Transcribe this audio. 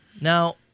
Now